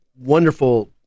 wonderful